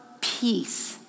peace